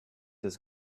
his